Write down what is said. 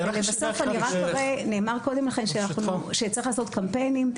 לבסוף, נאמר קודם לכן שצריך לעשות קמפיינים.